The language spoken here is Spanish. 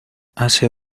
hace